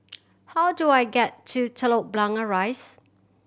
how do I get to Telok Blangah Rise